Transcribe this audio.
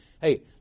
hey